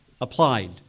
applied